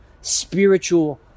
spiritual